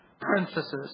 Princesses